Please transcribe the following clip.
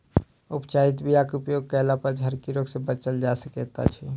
उपचारित बीयाक उपयोग कयलापर झरकी रोग सँ बचल जा सकैत अछि